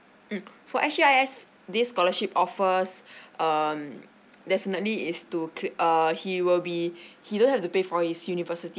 mm for S_G_I_S this scholarship offers um definitely is to create err he will be he don't have to pay for his university